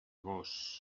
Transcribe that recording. gos